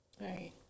Right